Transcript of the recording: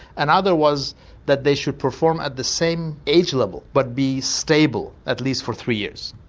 another was that they should perform at the same age level but be stable at least for three years.